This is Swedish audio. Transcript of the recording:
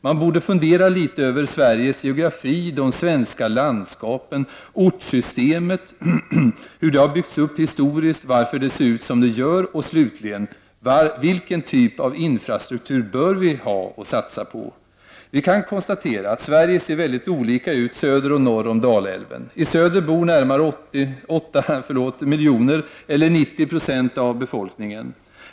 Man borde fundera litet över Sveriges geografi, de svenska landskapen, ortssystemet och hur detta har byggts upp historiskt och varför det ser ut som det gör och slutligen vilken typ av infrastruktur vi bör satsa på. Vi kan konstatera att Sverige ser mycket olika ut söder och norr om Dalälven. I söder bor närmare 8 miljoner eller 90 260 av befolkningen.